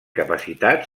capacitat